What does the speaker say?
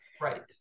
Right